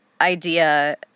idea